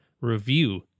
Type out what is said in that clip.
review